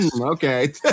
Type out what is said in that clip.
okay